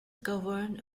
governed